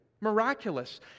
Miraculous